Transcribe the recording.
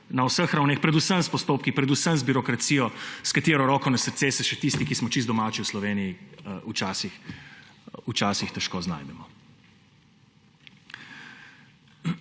na vseh ravneh pri postopkih predvsem z birokracijo, s katero, roko na srce, se še tisti, ki smo čisti domači v Slovenji, včasih težko znajdemo.